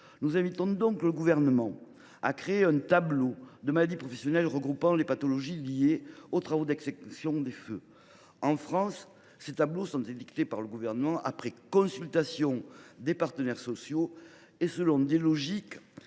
Nous invitons donc le Gouvernement à créer un tableau des maladies professionnelles regroupant les pathologies liées aux travaux d’extinction des incendies. Dans notre pays, ces tableaux sont établis par le Gouvernement après consultation des partenaires sociaux, selon des logiques